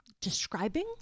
describing